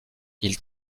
ils